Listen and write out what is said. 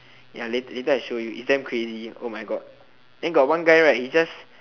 ya lat~ later I show you it's damn crazy oh my god then got one guy right he just